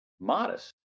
modest